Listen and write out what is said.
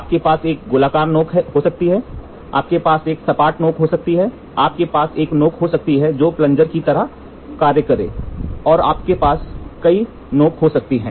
आपके पास एक गोलाकार नोक हो सकती है आपके पास एक सपाट नोक हो सकती है आपके पास एक नोक हो सकती है जो एक प्लनजर की तरह हो और आपके पास कई नोक हो सकते हैं